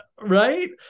right